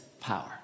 power